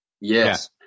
Yes